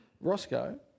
Roscoe